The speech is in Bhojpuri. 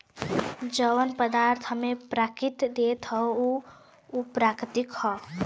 जौन पदार्थ हम्मे प्रकृति देत हौ उ प्राकृतिक हौ